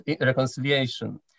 Reconciliation